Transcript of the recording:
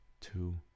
two